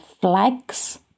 flags